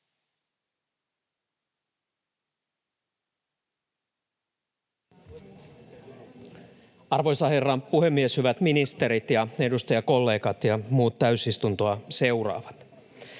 Arvoisa herra puhemies! Hyvät ministerit, edustajakollegat ja muut täysistuntoa seuraavat!